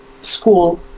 school